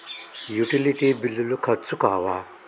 Utility బిల్లులు ఖర్చు కావా?